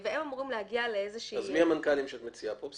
מי המנכ"לים שאת מציעה כאן?